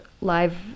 live